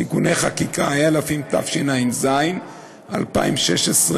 תיקוני חקיקה, התשע"ז 2016,